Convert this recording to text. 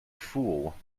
fool